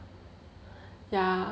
ya